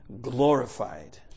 glorified